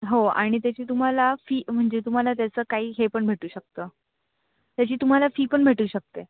हो आणि त्याची तुम्हाला फी म्हणजे तुम्हाला त्याचं काही हे पण भेटू शकतं त्याची तुम्हाला फी पण भेटू शकते